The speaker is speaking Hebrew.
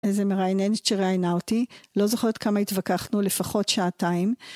איזה מראיינת שראיינה אותי לא זוכרת כמה התווכחנו לפחות שעתיים